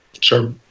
Sure